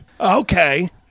Okay